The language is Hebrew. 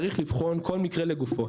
צריך לבחון כל מקרה לגופו.